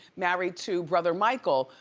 married to brother michael.